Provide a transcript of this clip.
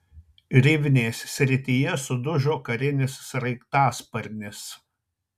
rivnės srityje sudužo karinis sraigtasparnis